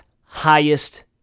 highest